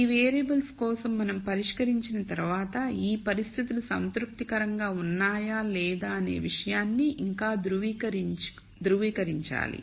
ఈ వేరియబుల్స్కోసం మనం పరిష్కరించిన తర్వాత ఈ పరిస్థితులు సంతృప్తికరంగా ఉన్నాయా లేదా అనే విషయాన్ని ఇంకా ధృవీకరించాలి